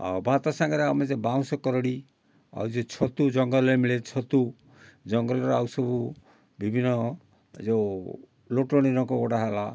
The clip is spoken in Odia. ଆଉ ଭାତ ସାଙ୍ଗରେ ଆମର ଯେଉଁ ବାଉଁଶ କରଡ଼ି ଆଉ ଛତୁ ଜଙ୍ଗଲରେ ମିଳେ ଛତୁ ଜଙ୍ଗଲରେ ଆଉ ସବୁ ବିଭିନ୍ନ ଯେଉଁ ଲୋଟଣି ଡଙ୍କଗୁଡ଼ା ହେଲା